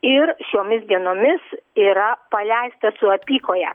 ir šiomis dienomis yra paleistas su apykoje